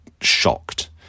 shocked